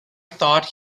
thought